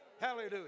Hallelujah